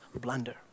blunder